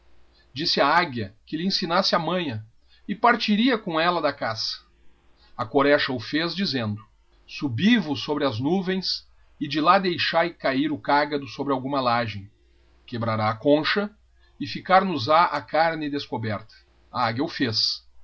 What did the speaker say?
a águia que lhe ensinasse a manha e partiria com ella da cara a corexa o fez dizendo subivos sobre as nuvens e de lá deixai cahir o cágado sobre alguma lagem quebrará a concha e ficar nos ha a arne descoberta a águia o fez